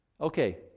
Okay